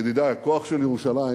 ידידי, הכוח של ירושלים